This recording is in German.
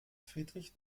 friedrich